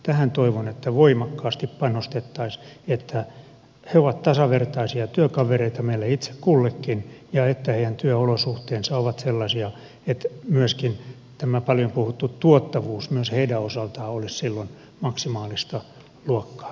tähän toivon että voimakkaasti panostettaisiin että he ovat tasavertaisia työkavereita meille itse kullekin ja että heidän työolosuhteensa ovat sellaisia että myöskin tämä paljon puhuttu tuottavuus myös heidän osaltaan olisi silloin maksimaalista luokkaa